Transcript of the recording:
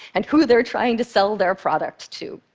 and who they're trying to sell their product to.